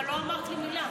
אבל לא אמרת לי מילה.